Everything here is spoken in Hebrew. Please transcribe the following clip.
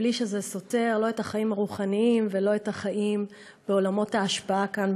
בלי שזה סותר לא את החיים הרוחניים ולא את החיים בעולמות ההשפעה כאן,